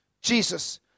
Jesus